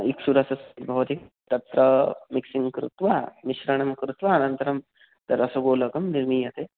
इक्षुरसस्य भवति तत्र मिक्सिङ्ग् कृत्वा मिश्रणं कृत्वा अनन्तरं रसगोलकं निर्मीयते